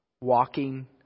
walking